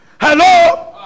Hello